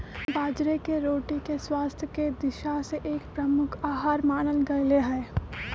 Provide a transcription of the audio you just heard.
बाजरे के रोटी के स्वास्थ्य के दिशा से एक प्रमुख आहार मानल गयले है